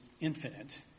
infinite